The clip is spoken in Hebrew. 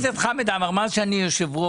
חבר הכנסת חמד עמאר מאז שאני יושב-ראש